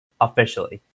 Officially